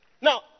Now